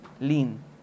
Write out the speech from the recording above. lean